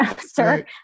sir